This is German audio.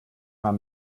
man